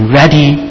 ready